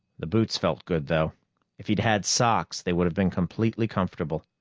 the boots felt good, though if he'd had socks, they would have been completely comfortable.